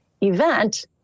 event